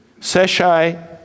Seshai